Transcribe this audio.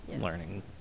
learning